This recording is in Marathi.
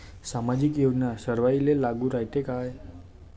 सामाजिक योजना सर्वाईले लागू रायते काय?